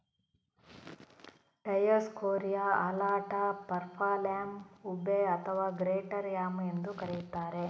Dioscorea alata, purple yam, ube ಅಥವಾ greater yam ಎಂದೂ ಕರೆಯುತ್ತಾರೆ